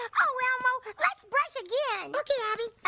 oh elmo let's brush again. okay abby.